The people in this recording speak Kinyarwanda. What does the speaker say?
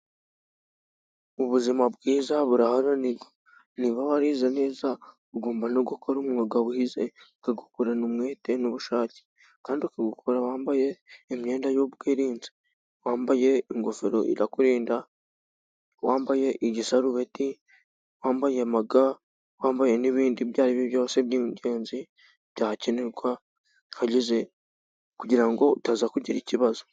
Ubuzima bwiza buraharanirwa niba warize neza ugomba no gukora umwuga wize ukawukorana umwete n'ubushake kandi ukawukora wambaye imyenda y'ubwirinzi wambaye ingofero irakurinda, wambaye igisarubeti ,wambaye amaga ,wambaye n'bindi ibyo ari byose by'ingenzi byakenerwa hageze kugira ngo utaza kugira ikibazo.